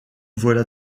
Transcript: voilà